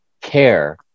care